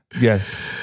yes